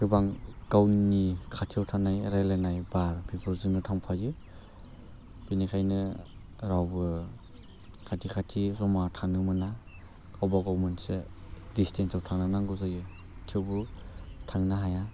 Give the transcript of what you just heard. गोबां गावनि खाथियाव थानाय रायलायनाय बार बेफोरजोंनो थांफायो बेनिखायनो रावबो खाथि खाथि जमा थानो मोना गावबा गाव मोनसे डिस्टेसआव थानो नांगौ जायो थेवबो थांनो हाया